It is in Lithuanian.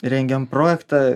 rengiam projektą